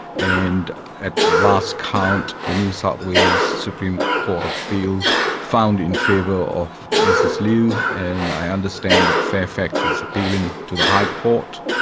and at last count the new south wales supreme court of appeal found in favour of mrs liu, and i understand that fairfax is appealing to the high court.